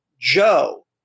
Joe